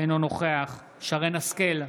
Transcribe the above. אינו נוכח שרן מרים השכל,